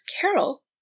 Carol